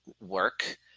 work